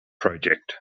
project